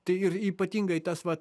tai ir ypatingai tas vat